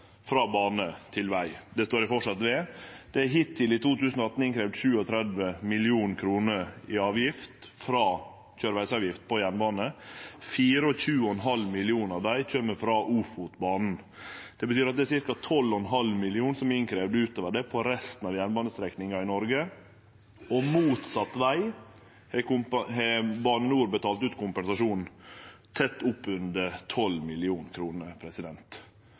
frå bane til veg. Det står eg framleis ved. Det er hittil i 2018 kravd inn 37 mill. kr i avgift frå køyrevegsavgift på jernbane. 24,5 mill. kr av dei kjem frå Ofotbanen. Det betyr at det er ca. 12,5 mill. kr som er kravd inn utover det på resten av jernbanestrekningane i Noreg, og motsett veg har Bane NOR betalt ut kompensasjon tett